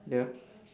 ya